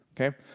Okay